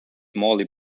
morley